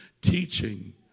teaching